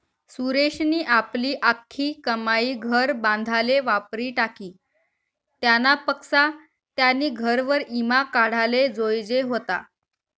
सुरेशनी आपली आख्खी कमाई घर बांधाले वापरी टाकी, त्यानापक्सा त्यानी घरवर ईमा काढाले जोयजे व्हता